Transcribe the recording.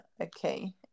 okay